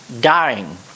dying